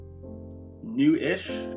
new-ish